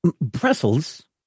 Brussels